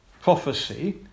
prophecy